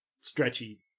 stretchy